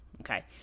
Okay